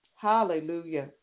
Hallelujah